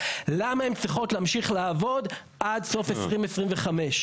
למה הן צריכות להמשיך לעבוד עד סוף 2025?